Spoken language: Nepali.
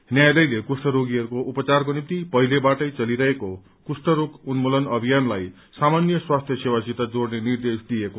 न्यायालयले कुष्ठ रोगीहरूको उपचारको निम्ति पहिलेबाटै चलिरहेको कुष्ठ रोग उन्मूलन अभियानलाई सामान्य स्वास्थ्य सेवासित जोड़ने निर्देश दियो